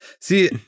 See